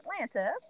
Atlanta